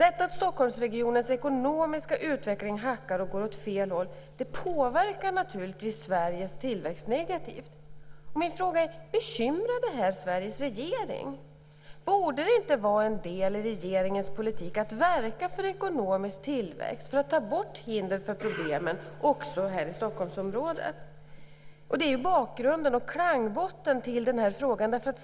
Att Stockholmsregionens ekonomiska utveckling hackar och går åt fel håll påverkar naturligtvis Sveriges tillväxt negativt. Bekymrar det Sveriges regering? Borde det inte vara en del av regeringens politik att verka för ekonomisk tillväxt och ta bort hinder och problem också här i Stockholmsområdet? Det är bakgrunden och klangbotten till den här frågan.